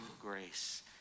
grace